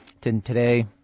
Today